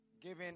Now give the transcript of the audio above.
giving